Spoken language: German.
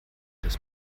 das